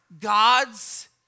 God's